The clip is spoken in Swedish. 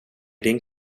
din